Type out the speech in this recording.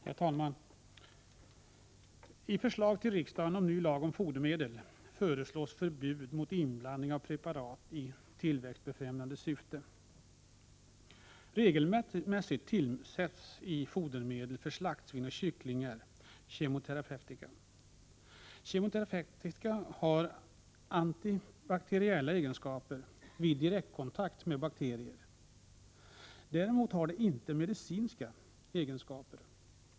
Herr talman! I förslag till riksdagen om ny lag om fodermedel föreslås förbud mot inblandning av preparat i tillväxtbefrämjande syfte. Regelmässigt tillsätts i fodermedel för slaktsvin och kycklingar kemoterapeutika. Kemoterapeutika har antibakteriella egenskaper vid direktkontakt med bakterier. Däremot har det inte medicinska egenskaper.